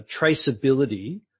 traceability